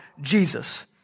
Jesus